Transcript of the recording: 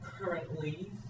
currently